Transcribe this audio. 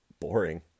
Boring